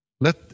Let